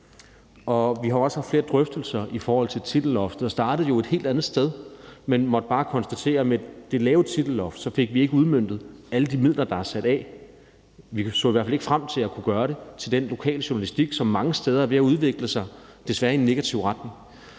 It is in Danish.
vi har også haft flere drøftelser i forhold til titelloftet. Vi startede jo et helt andet sted, men måtte bare konstatere, at med det lave titeloft fik vi ikke udmøntet alle de midler, der er sat af – det havde vi i hvert fald ikke udsigt til at kunne gøre, når det gjaldt den lokale journalistik, som mange steder desværre er ved at udvikle sig i en negativ retning.